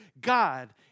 God